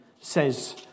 says